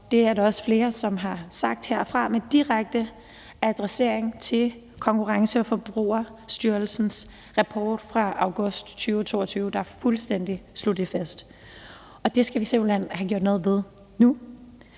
det er der også flere som har sagt heroppefra med direkte adressering til Konkurrence- og Forbrugerstyrelsens rapport fra august 2022, der slog det fuldstændig fast. Og det skal vi simpelt hen have gjort noget ved nu.